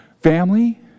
Family